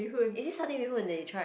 is it satay bee-hoon that you tried